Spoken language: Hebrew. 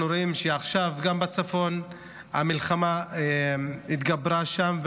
אנחנו רואים שעכשיו המלחמה התגברה גם בצפון,